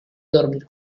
dormir